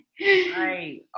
Right